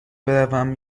بروم